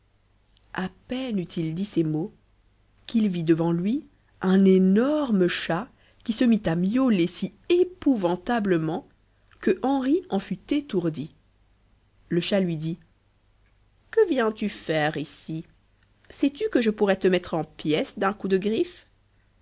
a peine eut-il dit ces mots qu'il vit devant lui un énorme chat qui se mit à miauler si épouvantablement que henri en fut étourdi le chat lui dit que viens-tu faire ici sais lu que je pourrais te mettre en pièces d'un coup de griffe